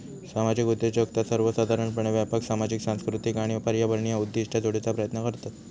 सामाजिक उद्योजकता सर्वोसाधारणपणे व्यापक सामाजिक, सांस्कृतिक आणि पर्यावरणीय उद्दिष्टा जोडूचा प्रयत्न करतत